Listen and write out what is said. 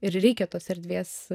ir reikia tos erdvės